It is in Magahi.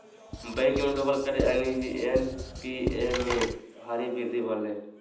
बैंक के डूबल कर्ज यानि एन.पी.ए में भारी वृद्धि होलय